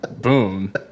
boom